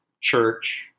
church